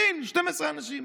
סין, 12 אנשים.